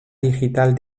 digital